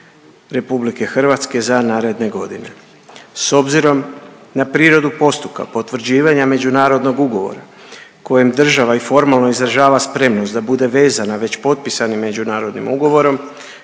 Republike Hrvatske za naredne godine. S obzirom na prirodu postupka potvrđivanja međunarodnog ugovora kojem država i formalno izražava spremnost da bude vezana već potpisanim međunarodnim ugovorom